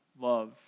love